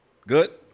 Good